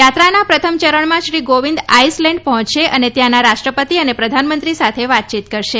યાત્રાના પ્રથમ ચરણમાં શ્રી કોવિંદ આઈસલેન્ડ પહોંચશે અને ત્યાંના રાષ્ટ્રપતિ અને પ્રધાનમંત્રી આભાર નિહારીકા રવિયા સાથે વાતચીત કરશે